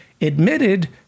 admitted